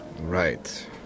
Right